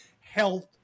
health